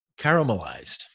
Caramelized